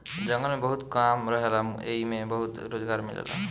जंगल में बहुत काम रहेला एइमे बहुते रोजगार मिलेला